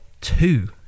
two